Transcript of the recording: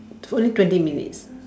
only twenty minutes